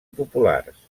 populars